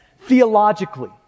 theologically